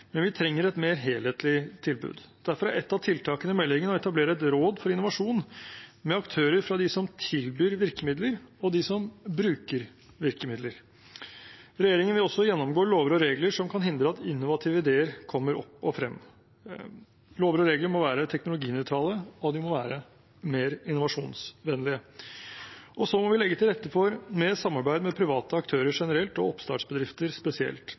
men vi trenger et mer helhetlig tilbud. Derfor er ett av tiltakene i meldingen å etablere et råd for innovasjon, med aktører fra dem som tilbyr virkemidler, og dem som bruker virkemidler. Regjeringen vil også gjennomgå lover og regler som kan hindre at innovative ideer kommer opp og frem. Lover og regler må være teknologinøytrale, og de må være mer innovasjonsvennlige. Så må vi legge til rette for mer samarbeid med private aktører generelt og oppstartsbedrifter spesielt.